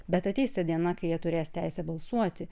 bet ateis ta diena kai jie turės teisę balsuoti